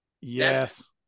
Yes